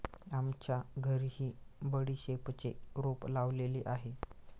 आमच्या घरीही बडीशेपचे रोप लावलेले आहे